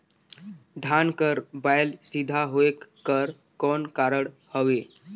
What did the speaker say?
धान कर बायल सीधा होयक कर कौन कारण हवे?